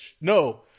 no